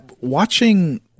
watching